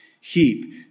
heap